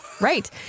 Right